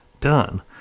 done